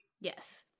Yes